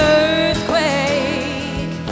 earthquake